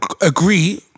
agree